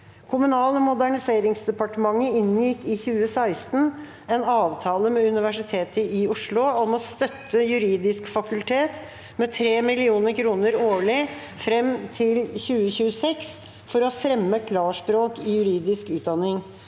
Kommunal- og moder- niseringsdepartementet inngikk i 2016 en avtale med Universitetet i Oslo om å støtte juridisk fakultet med 3 millioner kroner årlig frem til 2026 for å fremme klar- språk i juridisk utdanning.